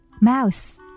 Mouse